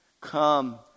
Come